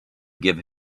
give